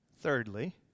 Thirdly